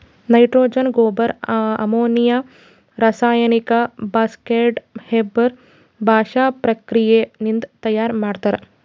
nitrogen ಗೊಬ್ಬರ್ ammonia ರಾಸಾಯನಿಕ್ ಬಾಳ್ಸ್ಕೊಂಡ್ ಹೇಬರ್ ಬಾಷ್ ಪ್ರಕ್ರಿಯೆ ನಿಂದ್ ತಯಾರ್ ಮಾಡ್ತರ್